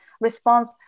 response